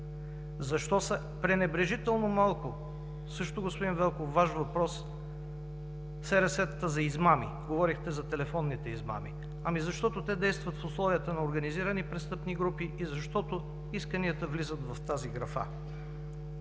Защо са пренебрежително малко, също, господин Велков, Ваш въпрос, СРС-тата за измами – говорихте за телефонните измами. Ами, защото те действат в условията на организирани престъпни групи и защото исканията влизат в тази графа.